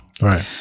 Right